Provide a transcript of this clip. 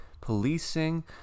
policing